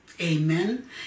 Amen